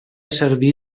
serví